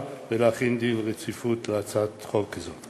ולהחיל דין רציפות על הצעת חוק זו.